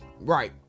Right